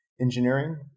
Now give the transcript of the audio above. engineering